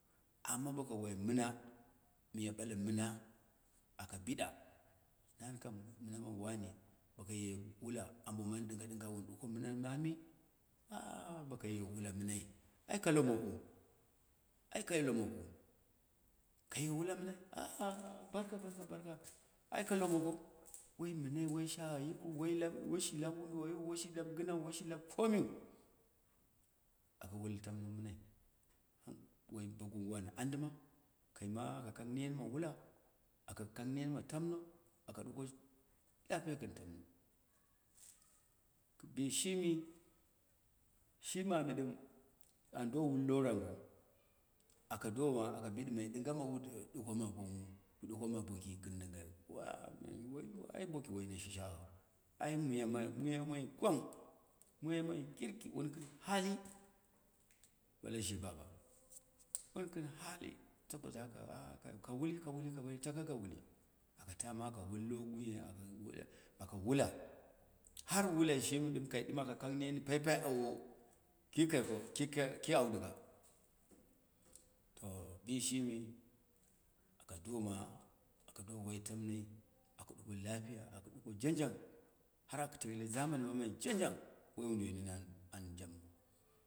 Amma boka al mɨna, miya bale mɨna, aka biɗa, nani kawu mɨna mawa ne, aboman ɗɨnga ɗɨnga, wun ɗuko mɨ na mami boka ye wula mɨnai aika lomoko ai ka lomoko kaye wula mɨnai barka barka barka ai ka lomoko woi mɨnai worshagha yikɨu wai lap woshi lapwodu woiyiu, woshi lap gɨnau, woshi lap komin, aka wu tamno mɨ nai nai, bo gwagowo an adɨma kaima aka nen ma wula, aka nen ma tam no aka ɗuko lapiya kɨn tamno, bishimi, shi mami ɗɨm, an do wu lorango aka doma, aka bɨɗɨ mai ɗɨnga ma wude, ɗuko ma bangwu, ɗuko ma boki, kɨm ɗɨnga ai boki woi na sha shaghan, ai miya moi miya mwi gwang, miy moi kirki wuu kɨn hadu, ɓale shi baba, wun kɨn hahi saboda haka ka wuli ka wuhi ka whi, taka ka wuli aka tama aka wullo glluyoi aka wula aka wula har wulai shimi ɗim kai ɗɨm aka kang nen paipai awowo, ku kai toro ki auduga, to bishimi aka doma doma aka do wai tamnoi, aku lapiya aku ɗuko janjang har ku teile zamani mamai janjang, woi woduwoi nini an japmman.